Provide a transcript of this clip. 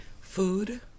Food